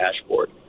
dashboard